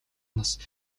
нас